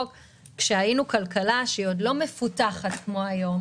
כאשר היינו כלכלה שהיא עוד לא מפותחת כמו היום